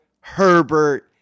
Herbert